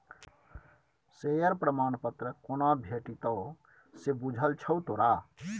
Share प्रमाण पत्र कोना भेटितौ से बुझल छौ तोरा?